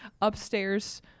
upstairs